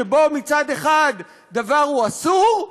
שבו מצד אחד דבר הוא אסור,